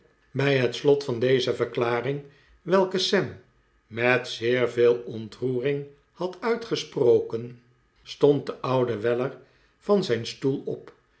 bij het slot van deze verklaring welke sam met zeer veel ontroering had uitgesproken stond de oude weller van zijn stoel op